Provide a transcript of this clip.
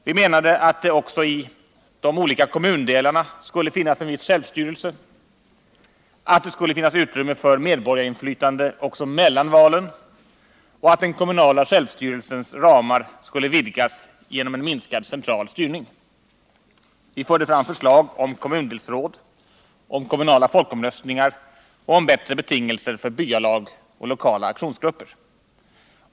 Vi menade att det också i de olika kommundelarna skulle finnas en viss självstyrelse, att det skulle finnas utrymme för medborgarinflytande också mellan valen och att den kommunala självstyrelsens ramar skulle vidgas genom en minskad central styrning. 53 Vi förde fram förslag om kommundelsråd, om kommunala folkomröstningar och om bättre betingelser för byalag och lokala aktionsgrupper.